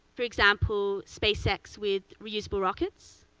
for example, space x with reusable rockets.